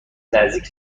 نزدیک